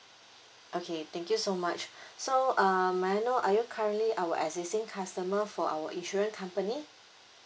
okay thank you so much so um may I know are you currently our existing customer for our insurance company